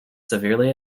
severely